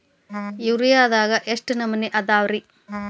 ಯೂರಿಯಾದಾಗ ಎಷ್ಟ ನಮೂನಿ ಅದಾವ್ರೇ?